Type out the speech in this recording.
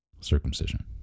Circumcision